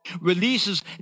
releases